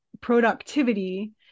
productivity